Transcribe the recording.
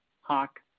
Hawk